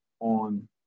on